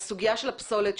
הסוגיה של הפסולת,